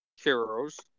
heroes